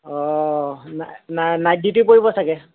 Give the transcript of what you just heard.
অঁ night duty পৰিব চাগে